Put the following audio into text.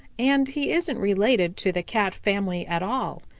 and he isn't related to the cat family at all.